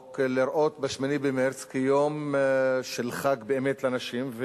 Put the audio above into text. לראות ב-8 במרס יום של חג באמת לנשים,